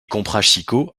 comprachicos